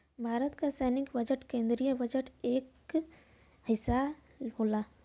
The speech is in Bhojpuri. भारत क सैनिक बजट केन्द्रीय बजट क एक हिस्सा होला